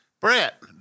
Brett